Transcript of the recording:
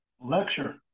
Lecture